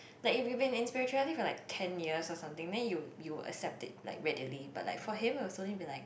like if you been in spirituality for like ten years or something then you you will accept it like readily but like for him it's only been like